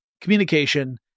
communication